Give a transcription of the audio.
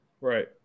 Right